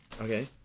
Okay